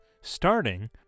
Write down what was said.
starting